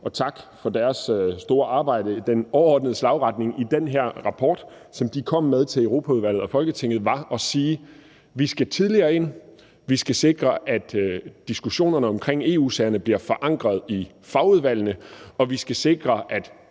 og tak for deres store arbejde – kom med til Europaudvalget og Folketinget har været, at vi skal tidligere ind, at vi skal sikre, at diskussionerne omkring EU-sagerne bliver forankret i fagudvalgene, og at vi skal sikre, at